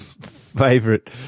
favorite